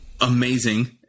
amazing